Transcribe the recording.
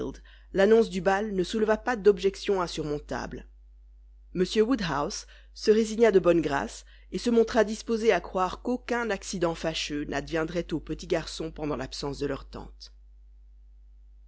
l'annonce du bal ne souleva pas d'objections insurmontables m woodhouse se résigna de bonne grâce et se montra disposé à croire qu'aucun accident fâcheux n'adviendrait aux petits garçons pendant l'absence de leur tante